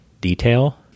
detail